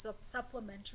supplementary